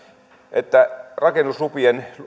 että rakennuslupien